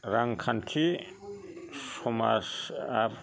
रांखान्थि समाज आ